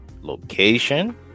location